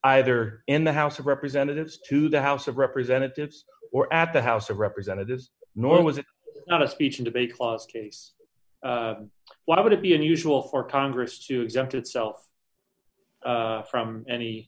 either in the house of representatives to the house of representatives or at the house of representatives nor was it not a speech and debate clause case why would it be unusual for congress to exempt itself from any